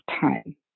time